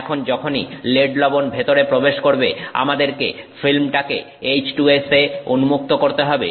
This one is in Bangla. এখন যখনই লেড লবণ ভিতরে প্রবেশ করবে আমাদেরকে ফিল্ম টাকে H2S এ উন্মুক্ত করতে হবে